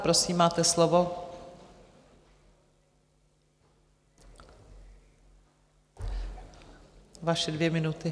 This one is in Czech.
Prosím, máte slovo, vaše dvě minuty.